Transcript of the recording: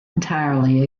entirely